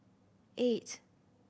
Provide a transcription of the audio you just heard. eight